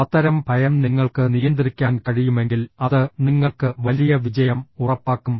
അത്തരം ഭയം നിങ്ങൾക്ക് നിയന്ത്രിക്കാൻ കഴിയുമെങ്കിൽ അത് നിങ്ങൾക്ക് വലിയ വിജയം ഉറപ്പാക്കും